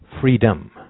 freedom